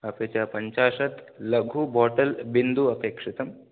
अपि च पञ्चाशत् लघु बोटल् बिन्दु अपेक्षितम्